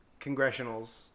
Congressionals